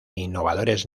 innovadores